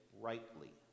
rightly